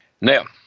Now